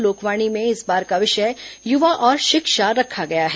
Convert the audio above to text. लोकवाणी में इस बार का विषय युवा और शिक्षा रखा गया है